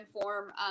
form